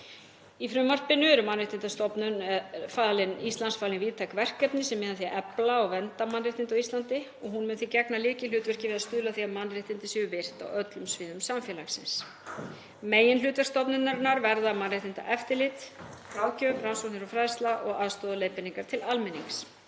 Í frumvarpinu eru Mannréttindastofnun Íslands falin víðtæk verkefni sem miða að því að efla og vernda mannréttindi á Íslandi og hún mun því gegna lykilhlutverki við að stuðla að því að mannréttindi séu virt á öllum sviðum samfélagsins. Meginhlutverk stofnunarinnar verða mannréttindaeftirlit, ráðgjöf, rannsóknir, fræðsla og aðstoð og leiðbeiningar til almennings.